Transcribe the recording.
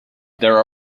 there